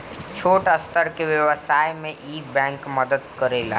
छोट स्तर के व्यवसाय में इ बैंक मदद करेला